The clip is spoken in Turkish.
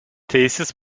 tesis